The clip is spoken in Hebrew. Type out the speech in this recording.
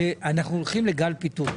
שאנחנו הולכים לגל פיטורים.